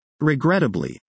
Regrettably